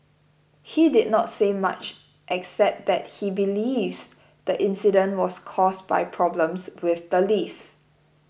he did not say much except that he believes the incident was caused by problems with the lift